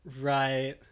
Right